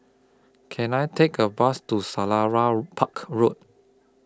Can I Take A Bus to Selarang Park Road